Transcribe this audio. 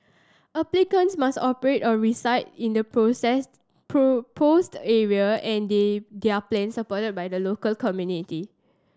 applicants must operate or reside in the proposed area and they their are plans supported by the local community